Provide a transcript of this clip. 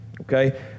okay